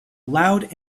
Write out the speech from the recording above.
loud